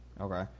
Okay